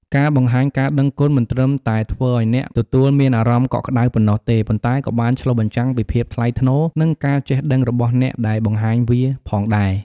ការបង្ហាញការដឹងគុណមិនត្រឹមតែធ្វើឲ្យអ្នកទទួលមានអារម្មណ៍កក់ក្ដៅប៉ុណ្ណោះទេ ប៉ុន្តែក៏បានឆ្លុះបញ្ចាំងពីភាពថ្លៃថ្នូរ និងការចេះដឹងរបស់អ្នកដែលបង្ហាញវាផងដែរ។